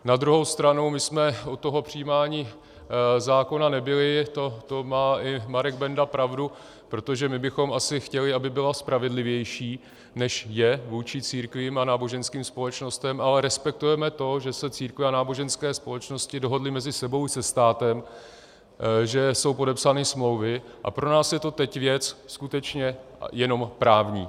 Na druhou stranu my jsme u toho přijímání zákona nebyli, to má i Marek Benda pravdu, protože my bychom asi chtěli, aby byl spravedlivější, než je, vůči církvím a náboženským společnostem, ale respektujeme to, že se církve a náboženské společnosti dohodly mezi sebou i se státem, že jsou podepsány smlouvy, a pro nás je to teď věc skutečně jenom právní.